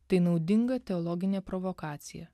tai naudinga teologinė provokacija